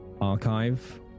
archive